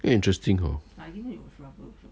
very interesting hor